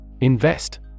Invest